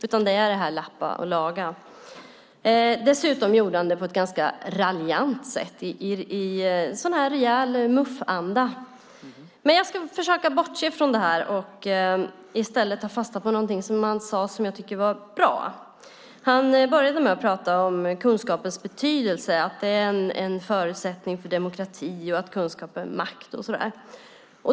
Det handlar om att lappa och laga. Dessutom gjorde han det på ett ganska raljant sätt i rejäl Muf-anda. Men jag ska försöka bortse från det och i stället ta fasta på något som han sade som jag tycker var bra. Han började med att prata om kunskapens betydelse. Den är en förutsättning för demokrati. Kunskap är makt.